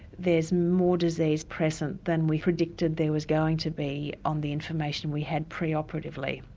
there's more disease present than we predicted there was going to be on the information we had pre-operatively.